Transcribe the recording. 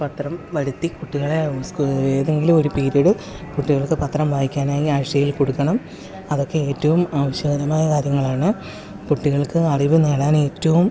പത്രം വരുത്തി കുട്ടികളെ ഏതെങ്കിലും ഒരു പീരീഡ് കുട്ടികൾക്ക് പത്രം വായിക്കാനായി ആഴ്ചയിൽ കൊടുക്കണം അതൊക്കെ ഏറ്റവും ആവശ്യകരമായ കാര്യങ്ങളാണ് കുട്ടികൾക്ക് അറിവ് നേടാൻ ഏറ്റവും